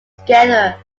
together